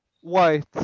White